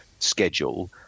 Schedule